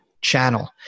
channel